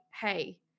hey